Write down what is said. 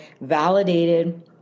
validated